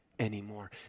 anymore